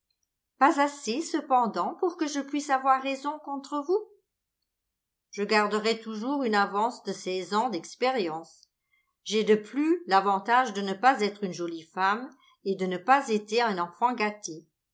pas assez cependant pour que je puisse avoir raison contre vous je garderai toujours une avance de seize années d'expérience j'ai de plus l'avantage de ne pas être une jolie femme et de n'avoir pas été un enfant gâté